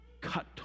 Cut